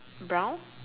brown